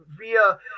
via